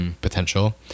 Potential